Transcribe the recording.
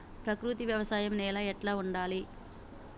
ప్రకృతి వ్యవసాయం నేల ఎట్లా ఉండాలి?